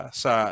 sa